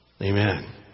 Amen